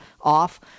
off